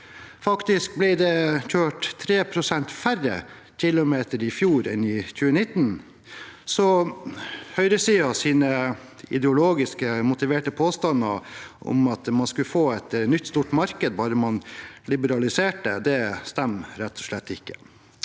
Faktisk ble det kjørt 3 pst. færre kilometer i fjor enn i 2019, så høyresidens ideologisk motiverte påstander om at man skulle få et nytt, stort marked bare man liberaliserte, stemmer rett og slett ikke.